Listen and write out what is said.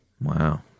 Wow